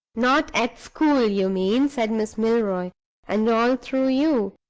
not at school, you mean, said miss milroy and all through you.